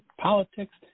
politics